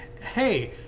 Hey